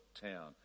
town